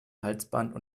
halsband